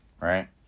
right